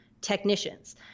technicians